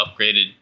upgraded